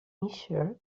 measured